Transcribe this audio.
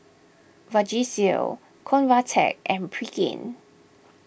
Vagisil Convatec and Pregain